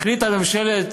החליטה ממשלת